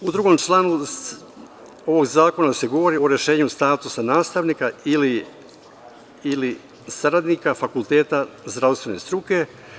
U drugom članu ovog zakona se govori o rešenju statusa nastavnika ili saradnika Fakulteta zdravstvene struke.